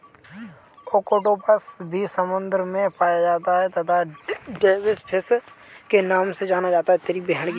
octopus भी समुद्र में पाया जाता है तथा डेविस फिश के नाम से जाना जाता है